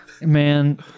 Man